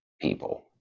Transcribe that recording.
people